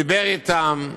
דיבר אתם.